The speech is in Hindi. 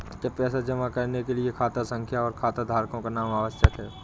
क्या पैसा जमा करने के लिए खाता संख्या और खाताधारकों का नाम आवश्यक है?